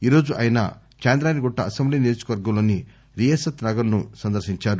ఈరోజు ఆయన చాంద్రాయణగుట్ట అసెంబ్లీ నియోజకవర్గంలోని రియాసత్ నగర్ను సందర్శించారు